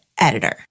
editor